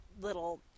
little